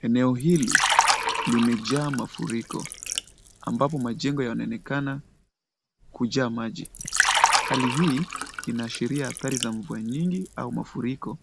Eneo hili limejaa mafuriko, ambapo majengo yanaonekana kujaa maji. Hali hii inaashiria athari za mvua nyingi au mafuriko,